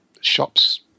shops